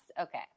okay